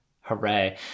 hooray